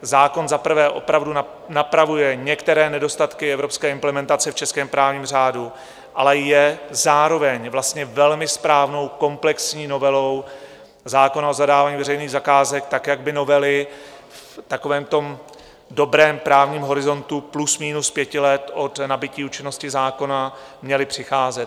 Zákon za prvé opravdu napravuje některé nedostatky evropské implementace v českém právním řádu, ale je zároveň vlastně velmi správnou komplexní novelou zákona o zadávání veřejných zakázek tak, jak by novely v takovém tom dobrém právním horizontu plus minus pět let od nabytí účinnosti zákona měly přicházet.